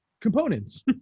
components